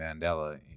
mandela